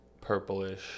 purplish